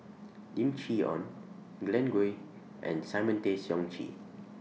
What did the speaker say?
Lim Chee Onn Glen Goei and Simon Tay Seong Chee